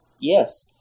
Yes